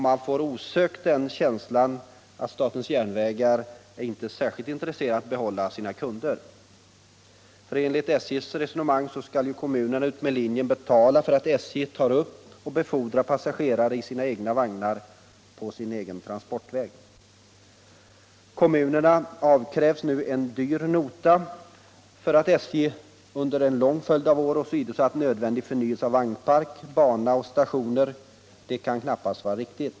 Man får osökt den känslan att SJ inte är särskilt intresserad av att behålla sina kunder. För enligt SJ:s resonemang så skall kommunerna utmed linjen betala för att SJ tar upp och befordrar passagerarna i sina egna vagnar på sin egen transportväg. Att kommunerna skulle avkrävas en dyr nota för att SJ under en lång följd av år åsidosatt nödvändig förnyelse av vagnpark, bana och stationer kan knappast vara riktigt.